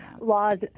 laws